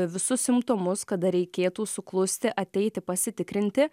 visus simptomus kada reikėtų suklusti ateiti pasitikrinti